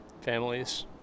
families